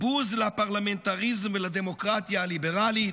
בוז לפרלמנטריזם ולדמוקרטיה הליברלית,